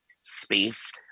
space